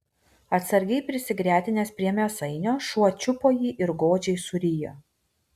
atsargiai prisigretinęs prie mėsainio šuo čiupo jį ir godžiai surijo